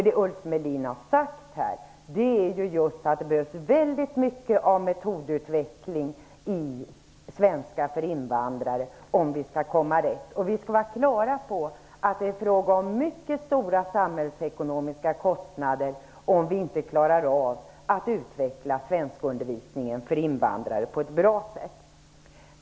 Det Ulf Melin har sagt här är ju just att det behövs väldigt mycket av metodutveckling i svenska för invandrare om vi skall komma rätt. Vi skall vara klara över att det är fråga om mycket stora samhällsekonomiska kostnader om vi inte klarar av att utveckla svenskundervisningen för invandrare på ett bra sätt.